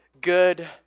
good